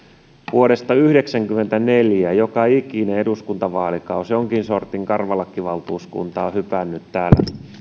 vuodesta yhdeksänkymmentäneljä joka ikisenä eduskuntavaalikautena jonkin sortin karvalakkivaltuuskunta on hypännyt täällä